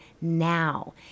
now